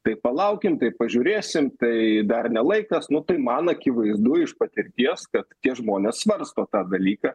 tai palaukim tai pažiūrėsim tai dar ne laikas nu tai man akivaizdu iš patirties kad tie žmonės svarsto tą dalyką